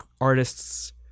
artists